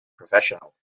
professional